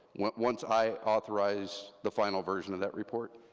once i authorize the final version of that report.